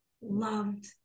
loved